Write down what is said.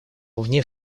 вне